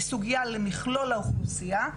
היא סוגייה למכלול האוכלוסיה.